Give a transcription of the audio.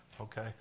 Okay